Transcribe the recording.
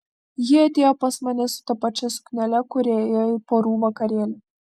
ji atėjo pas mane su ta pačia suknele kuria ėjo į porų vakarėlį